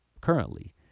currently